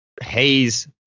haze